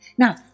Now